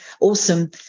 awesome